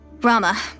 Rama